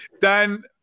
Dan